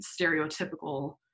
stereotypical